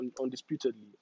undisputedly